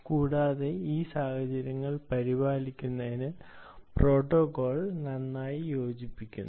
കൂടാതെ ഈ സാഹചര്യങ്ങൾ പരിപാലിക്കുന്നതിന് പ്രോട്ടോക്കോൾ നന്നായി യോജിക്കുന്നു